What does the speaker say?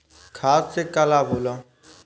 खाद्य से का लाभ होला?